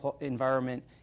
environment